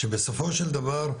שבסופו של דבר,